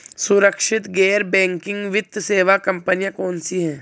सुरक्षित गैर बैंकिंग वित्त सेवा कंपनियां कौनसी हैं?